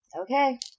Okay